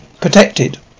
protected